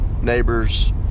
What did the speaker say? neighbors